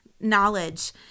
knowledge